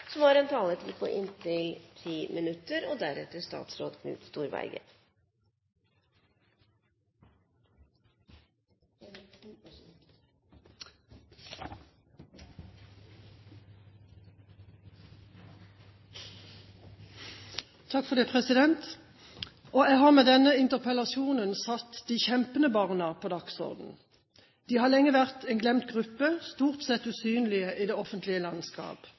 Flere har ikke bedt om ordet til sak nr. 1. Jeg har med denne interpellasjonen satt de kjempende barna på dagsordenen. De har lenge vært en glemt gruppe – stort sett usynlige i det offentlige landskap.